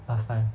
last time